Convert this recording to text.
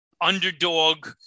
Underdog